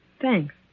Thanks